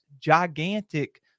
gigantic